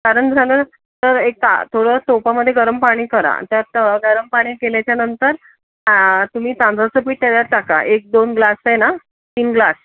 सारण झालं तर एका थोडं टोपामध्ये गरम पाणी करा त्यात गरम पाणी केल्याच्यानंतर तुम्ही तांदूळचं पीठ त्याच्यात टाका एक दोन ग्लास आहे ना तीन ग्लास